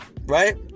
Right